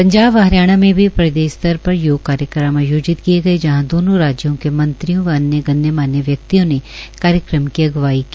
पंजाब व हरियाणा मे प्रदेश स्तर पर योग कार्यक्रम आयोजित किए गए जहां दोनों राज्यों के मंत्रियों व अन्य गणमान्य वयक्तियों ने कार्यक्रम की अग्रवाई की